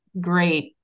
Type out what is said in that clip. great